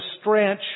stretch